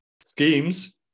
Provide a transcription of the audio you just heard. schemes